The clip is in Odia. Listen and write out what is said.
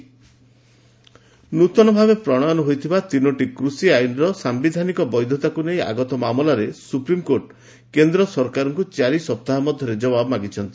ଏସସି ଫର୍ମ ଲ ନ୍ନତନ ଭାବେ ପ୍ରଣୟନ ହୋଇଥିବା ତିନୋଟି କୃଷି ଆଇନର ସାମ୍ବିଧାନିକ ବୈଧତାକୁ ନେଇ ଆଗତ ମାମଲାରେ ସୁପ୍ରିମକୋର୍ଟ କେନ୍ଦ୍ର ସରକାରକୁ ଚାରି ସପ୍ତାହ ମଧ୍ୟରେ ଉତ୍ତର ମାଗିଛନ୍ତି